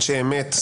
אנשי אמת,